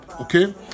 okay